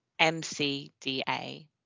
MCDA